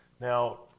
Now